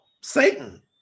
Satan